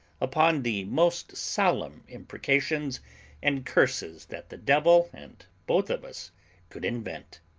upon the most solemn imprecations and curses that the devil and both of us could invent.